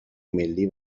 ملی